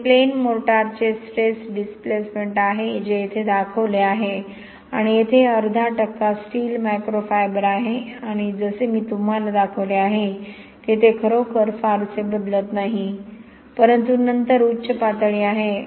येथे प्लेन मोर्टारचे stress displacement आहे जे येथे दाखवले आहे आणि येथे हे अर्धा टक्का स्टील मॅक्रोफायबर आहे आणि जसे मी तुम्हाला दाखवले आहे की ते खरोखर फारसे बदलत नाही परंतु नंतर उच्च पातळीआहे